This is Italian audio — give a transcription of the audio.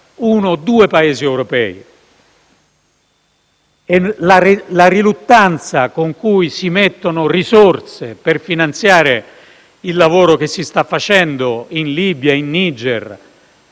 uno o due Paesi europei. Vi è riluttanza nel mettere risorse per finanziare il lavoro che si sta facendo in Libia o in Niger